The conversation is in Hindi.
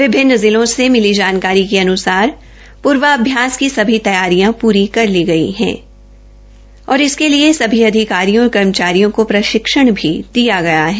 विभिन्न जिलों से मिली जानकारी के अन्सार पूर्वाभ्यास की सभी तैयारियां पूरी कर ली गई और इसके लिए सभी अधिकारियों और कर्मचारियों को प्रशिक्षण भी दिया गया है